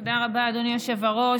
תודה רבה, אדוני היושב-ראש.